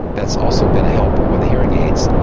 that's also been a help with the hearing aids,